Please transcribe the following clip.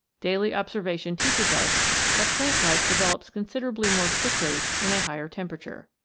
daily observation teaches us that plant life develops considerably more quickly in a higher temperature.